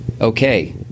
Okay